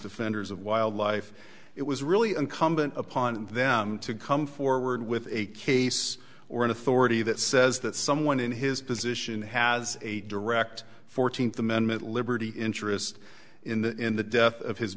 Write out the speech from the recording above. defenders of wildlife it was really incumbent upon them to come forward with a case or an authority that says that someone in his position has a direct fourteenth amendment liberty interest in the death of his